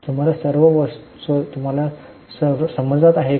तुम्हाला सर्व वस्तू मिळत आहेत का